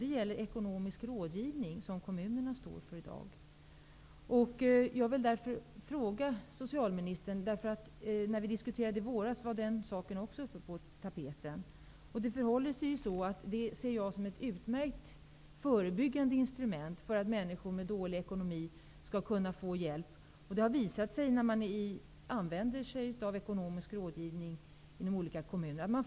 Det gäller den ekonomiska rådgivning som kommunerna står för i dag. När vi diskuterade i våras var den saken också på tapeten. Jag ser det som ett utmärkt förebyggande instrument för att hjälpa människor med dålig ekonomi. Det har visat sig att man faktiskt har kunnat sänka socialbidragen när man har använt sig av ekonomisk rådgivning i olika kommuner.